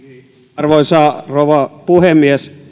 arvoisa rouva puhemies